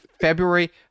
February